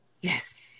Yes